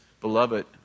Beloved